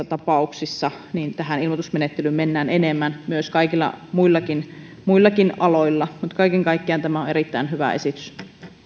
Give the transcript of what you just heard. tapauksissa tähän ilmoitusmenettelyyn mennään enemmän kaikilla muillakin muillakin aloilla kaiken kaikkiaan tämä on erittäin hyvä esitys